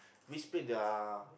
which dah